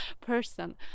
person